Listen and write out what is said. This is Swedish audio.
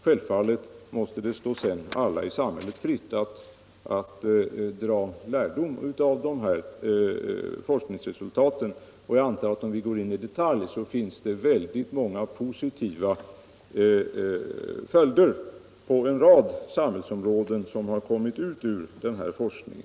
Självfallet står det sedan alla i samhället fritt att dra lärdomar av forskningsresultaten. Om vi går in i detalj finns det säkert många positiva följder på en rad samhällsområden av denna forskning.